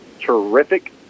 terrific